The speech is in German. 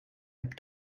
app